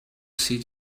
see